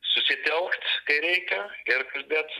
susitelkt kai reikia ir kalbėt